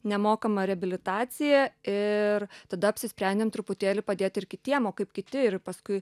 nemokamą reabilitaciją ir tada apsisprendėm truputėlį padėti ir kitiem o kaip kiti ir paskui